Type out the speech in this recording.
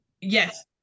Yes